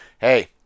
hey